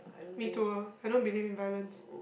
me too I don't believe in violence